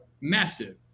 massive